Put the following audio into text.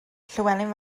llywelyn